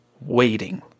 waiting